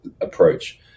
approach